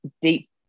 deep